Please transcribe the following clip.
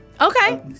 Okay